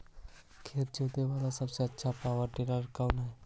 खेत जोते बाला सबसे आछा पॉवर टिलर?